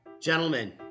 Gentlemen